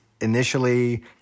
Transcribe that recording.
initially